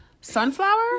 Sunflower